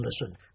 listen